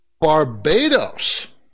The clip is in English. Barbados